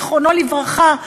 זיכרונו לברכה,